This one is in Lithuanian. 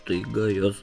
staiga jos